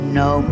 no